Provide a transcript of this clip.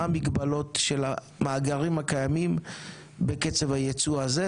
מה המגבלות של המאגרים הקיימים בקצב הייצוא הזה,